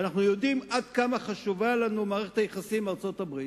ואנחנו יודעים עד כמה חשובה לנו מערכת היחסים עם ארצות-הברית,